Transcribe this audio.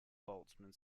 boltzmann